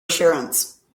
assurance